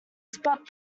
spot